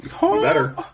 Better